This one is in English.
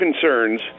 concerns